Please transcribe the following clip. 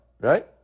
right